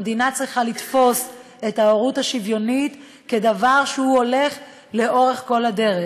המדינה צריכה לתפוס את ההורות השוויונית כדבר שהולך לאורך כל הדרך,